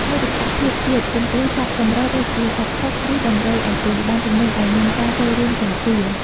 មោទកភាពជាតិចំពោះសត្វកម្រ ដូចជាសត្វកុក ឬដំរីអាស៊ី បានជំរុញឱ្យមានការចូលរួមការពារ។